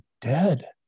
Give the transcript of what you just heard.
dead